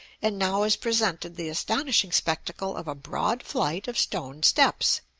and now is presented the astonishing spectacle of a broad flight of stone steps,